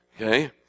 Okay